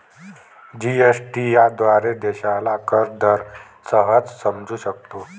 GST याद्वारे देशाला कर दर सहज समजू शकतो